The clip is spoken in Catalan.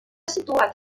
situat